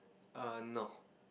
err no